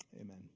amen